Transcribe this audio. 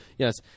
Yes